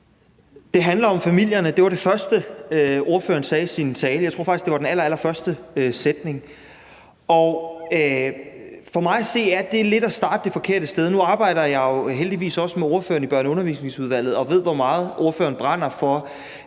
Det handler om familierne. Det var det første, ordføreren sagde i sin tale. Jeg tror faktisk, det var den allerførste sætning. Og for mig at se er det lidt at starte det forkerte sted. Nu arbejder jeg jo heldigvis sammen med ordføreren i Børne- og Undervisningsudvalget og ved, hvor meget ordføreren brænder for